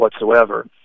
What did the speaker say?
whatsoever